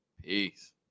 peace